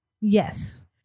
Yes